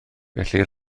felly